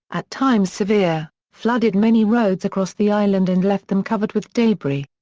at times severe, flooded many roads across the island and left them covered with debris.